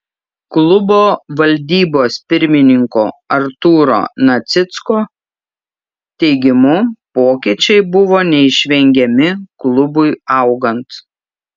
klubo valdybos pirmininko artūro nacicko teigimu pokyčiai buvo neišvengiami klubui augant